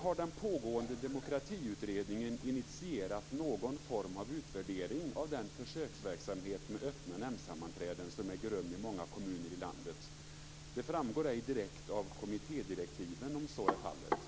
Har den pågående demokratiutredningen initierat någon form av utvärdering av den försöksverksamhet med öppna nämndsammanträden som äger rum i många kommuner i landet? Det framgår ej direkt av kommittédirektiven om så är fallet.